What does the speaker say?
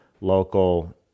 local